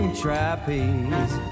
trapeze